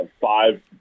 five